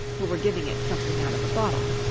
who were giving it something out of a bottle.